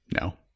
no